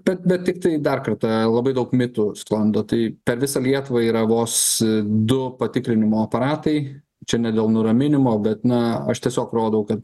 tad bet tiktai dar kartą labai daug mitų sklando tai per visą lietuvą yra vos du patikrinimo aparatai čia ne dėl nuraminimo bet na aš tiesiog rodau kad